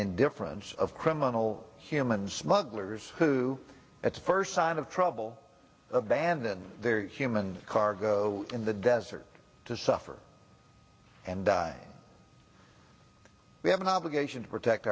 indifference of criminal human smugglers who at first sign of trouble abandoned their human cargo in the desert to suffer and die we have an obligation to protect